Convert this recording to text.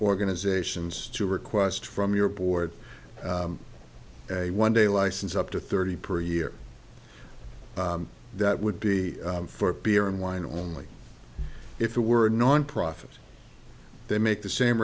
organizations to request from your board a one day license up to thirty per year that would be for beer and wine only if it were a nonprofit they make the same